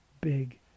big